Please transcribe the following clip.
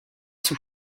sous